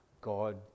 God